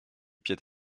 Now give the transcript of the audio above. pied